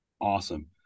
Awesome